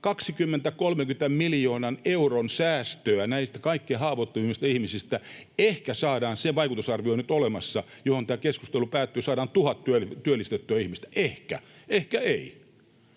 20—30 miljoonan euron säästöä näistä kaikkein haavoittuvimmista ihmisistä. Ehkä saadaan — se vaikutusarvio on nyt olemassa, mihin tämä keskustelu päättyy — tuhat työllistettyä ihmistä. Ehkä, ehkä ei.